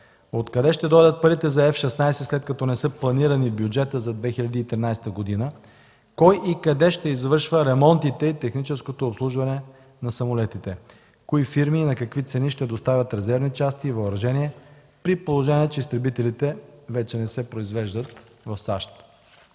Откъде ще дойдат парите за F-16 след като не са планирани в бюджета за 2013 г.? Кой и къде ще извършва ремонтите и техническото обслужване на самолетите? Кои фирми на какви цени ще доставят резервни части и въоръжение, при положение че изтребителите вече не се произвеждат в САЩ?